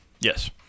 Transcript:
Yes